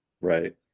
Right